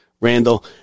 Randall